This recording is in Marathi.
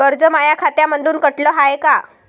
कर्ज माया खात्यामंधून कटलं हाय का?